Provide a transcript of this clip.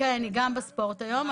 כן היא גם בספורט היום.